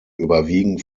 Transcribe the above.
überwiegen